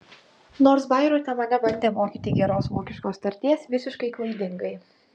nors bairoite mane bandė mokyti geros vokiškos tarties visiškai klaidingai